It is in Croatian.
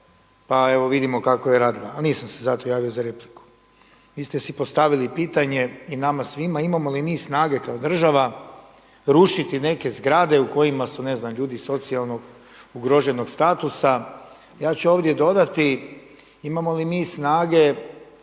pa evo vidimo kako je radila, ali nisam se zato javio za repliku. Vi ste si pojavili pitanje i nama svima imamo li mi snage kao država rušiti neke zgrade u kojima su ne znam ljudi socijalno ugroženog statusa. Ja ću ovdje dodati, imamo li mi snage